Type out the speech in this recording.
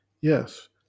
Yes